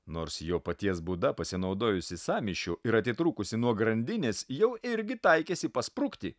nors jo paties būda pasinaudojusi sąmyšiu ir atitrūkusi nuo grandinės jau irgi taikėsi pasprukti